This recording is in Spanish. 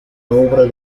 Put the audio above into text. obra